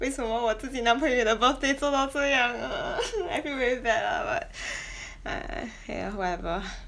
为什么我自己男朋友的 birthday 做到这样啊 I feel very bad lah but !aiya! whatever